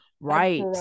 right